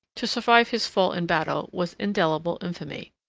to survive his fall in battle, was indelible infamy.